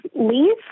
leave